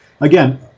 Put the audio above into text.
again